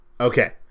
Okay